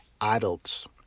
adults